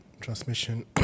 transmission